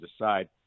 decide